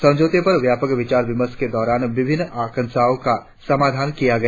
समझौते पर व्यापक विचार विमर्श के दौरान विभिन्न शंकाओ का समाधान किया गया